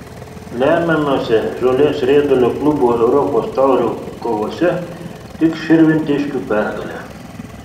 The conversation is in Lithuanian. lemiamose žolės riedulio klubų europos taurių kovose tik širvintiškių pergalė